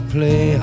Play